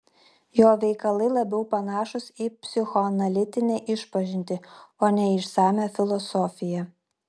jo veikalai labiau panašūs į psichoanalitinę išpažintį o ne į išsamią filosofiją